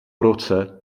roce